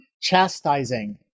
chastising